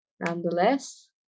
nonetheless